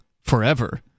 forever